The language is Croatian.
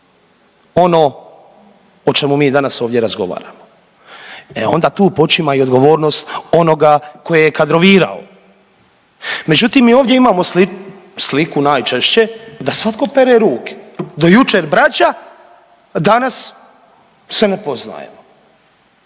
ono o čemu mi danas ovdje razgovaramo. E, onda tu počinje i odgovornost onoga tko je kadrovirao. Međutim, i ovdje imamo sliku najčešće da svatko pere ruke. Do jučer braća, a danas se ne poznajemo